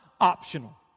optional